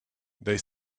they